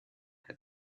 had